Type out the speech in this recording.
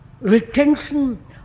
retention